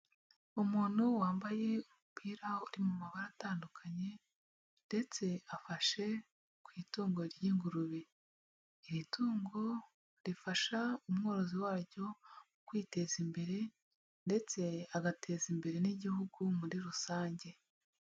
Umuntu wambaye umupira uri mu mabara atandukanye ndetse afashe ku itungo ry'ingurube, iri tungo rifasha umworozi waryo mu kwiteza imbere ndetse agateza imbere n'igihugu muri rusange.